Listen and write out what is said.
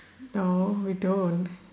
no we don't